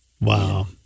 Wow